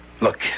Look